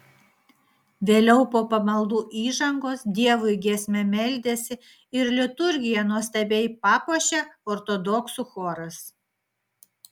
vėliau po pamaldų įžangos dievui giesme meldėsi ir liturgiją nuostabiai papuošė ortodoksų choras